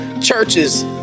churches